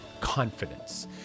confidence